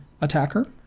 attacker